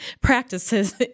practices